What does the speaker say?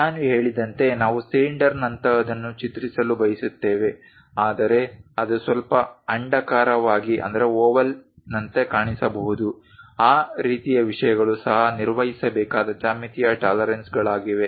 ನಾನು ಹೇಳಿದಂತೆ ನಾವು ಸಿಲಿಂಡರ್ನಂತಹದನ್ನು ಚಿತ್ರಿಸಲು ಬಯಸುತ್ತೇವೆ ಆದರೆ ಅದು ಸ್ವಲ್ಪ ಅಂಡಾಕಾರವಾಗಿ ಕಾಣಿಸಬಹುದು ಆ ರೀತಿಯ ವಿಷಯಗಳು ಸಹ ನಿರ್ವಹಿಸಬೇಕಾದ ಜ್ಯಾಮಿತೀಯ ಟಾಲರೆನ್ಸ್ಗಳಾಗಿವೆ